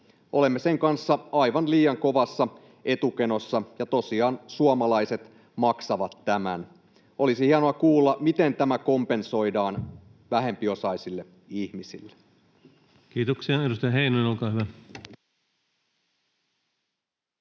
Olemme sen kanssa aivan liian kovassa etukenossa, ja tosiaan suomalaiset maksavat tämän. Olisi hienoa kuulla, miten tämä kompensoidaan vähempiosaisille ihmisille. [Speech 115] Speaker: